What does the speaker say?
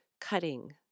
cutting